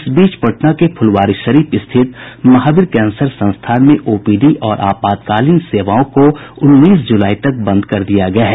इस बीच पटना के फुलवारीशरीफ स्थित महावीर कैंसर संस्थान में ओपीडी और आपातकालीन सेवाओं को उन्नीस जुलाई तक बंद कर दिया गया है